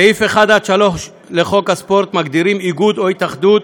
סעיפים 1 עד 3 לחוק הספורט מגדירים איגוד או התאחדות,